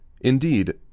Indeed